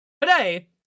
today